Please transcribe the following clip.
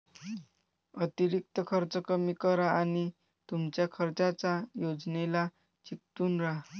अतिरिक्त खर्च कमी करा आणि तुमच्या खर्चाच्या योजनेला चिकटून राहा